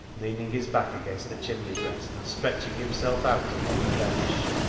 leaning his back against the chimney breast, and stretching himself out upon the bench,